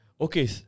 Okay